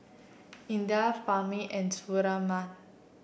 Indah Fahmi and Surinam